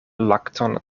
lakton